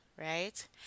right